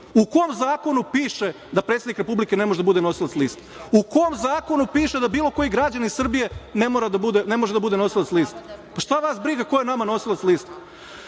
U kom zakonu piše da predsednik Republike ne može da bude nosilac liste? U kom zakonu piše da bilo koji građanin Srbije ne može da bude nosilac liste? Pa, šta vas briga ko je nama nosilac